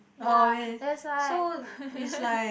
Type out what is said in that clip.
ya that's why